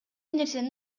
нерсени